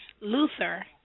Luther